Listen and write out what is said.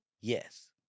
yes